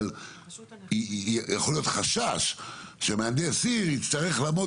אבל כן יכול להיות חשש שמהנדס עיר יצטרך לעמוד